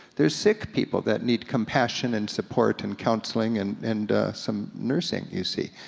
they're sick people that need compassion, and support, and counseling, and and some nursing, you see.